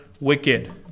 wicked